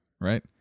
right